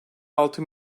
altı